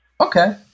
okay